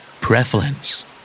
Prevalence